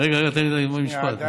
רגע, רגע תן לי לגמור משפט.